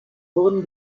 wurden